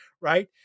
right